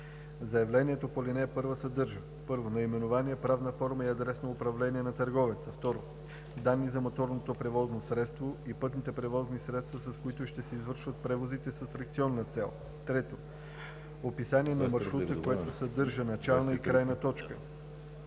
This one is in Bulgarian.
Заявлението по ал. 1 съдържа: 1. наименование, правна форма и адрес на управление на търговеца; 2. данни за моторните превозни средства и пътните превозни средства, с които ще се извършват превозите с атракционна цел; 3. описание на маршрута, което съдържа начална и крайна точка.